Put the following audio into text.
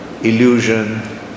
illusion